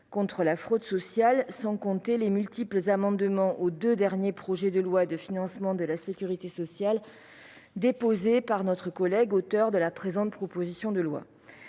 contre la fraude sociale, sans compter les multiples amendements aux deux derniers projets de loi de financement de la sécurité sociale déposés par l'auteure de la présente proposition de loi.